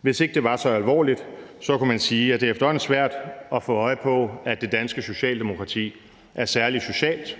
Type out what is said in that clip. Hvis ikke det var så alvorligt, kunne man sige, at det efterhånden er svært at få øje på, at det danske socialdemokrati er særlig socialt,